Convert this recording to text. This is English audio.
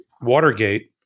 Watergate